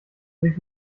sich